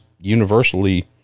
universally